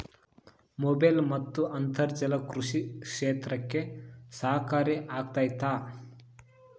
Mobile ಮತ್ತು ಅಂತರ್ಜಾಲ ಕೃಷಿ ಕ್ಷೇತ್ರಕ್ಕೆ ಸಹಕಾರಿ ಆಗ್ತೈತಾ?